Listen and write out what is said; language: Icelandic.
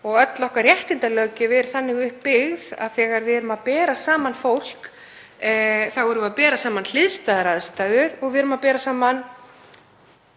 og öll okkar réttindalöggjöf er þannig uppbyggð að þegar við berum fólk saman þá erum við að bera saman hliðstæðar aðstæður og við erum að bera saman